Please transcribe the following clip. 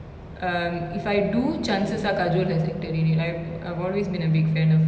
um if I do chances are kajol has acted in it I I have always been a big fan of her